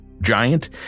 giant